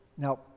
Now